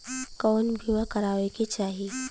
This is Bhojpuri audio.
कउन बीमा करावें के चाही?